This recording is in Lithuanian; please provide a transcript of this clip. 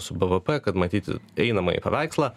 su bvp kad matyti einamąjį paveikslą